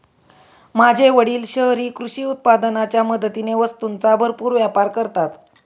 माझे वडील शहरी कृषी उत्पादनाच्या मदतीने वस्तूंचा भरपूर व्यापार करतात